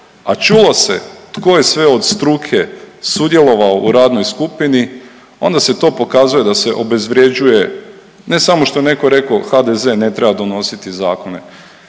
a čulo se tko je sve od struke sudjelovao u radnoj skupini onda se to pokazuje da se obezvrjeđuje ne samo što je neko reko HDZ ne treba donositi zakone,